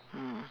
mm